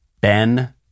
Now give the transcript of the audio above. Ben